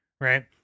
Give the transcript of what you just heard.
right